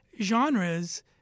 genres